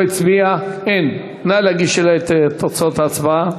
נא להגיש אלי את תוצאות ההצבעה.